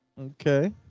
Okay